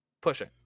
pushing